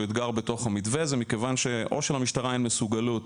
אתגר בתוך המתווה זה מכיוון שאו שלמשטרה אין מסוגלות